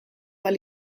ahal